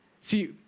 See